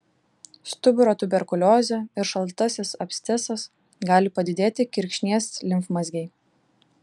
stuburo tuberkuliozė ir šaltasis abscesas gali padidėti kirkšnies limfmazgiai